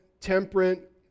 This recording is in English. temperate